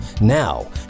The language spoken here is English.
Now